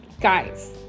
guys